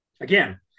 again